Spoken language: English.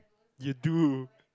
you do